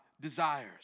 desires